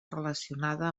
relacionada